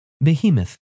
Behemoth